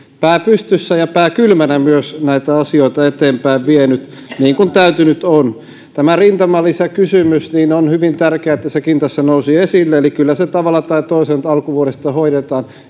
pää pystyssä ja pää kylmänä myös näitä asioita eteenpäin vieneet niin kuin täytynyt on tästä rintamalisäkysymyksestä niin on hyvin tärkeää että sekin tässä nousi esille eli kyllä se tavalla tai toisella nyt alkuvuodesta hoidetaan